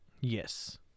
Yes